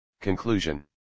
Conclusion